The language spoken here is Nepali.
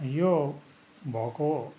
यो भएको